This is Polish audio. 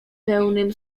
pełnym